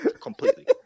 completely